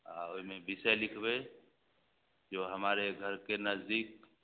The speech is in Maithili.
आओर ओहिमे विषय लिखबै जो हमारे घरके नजदीक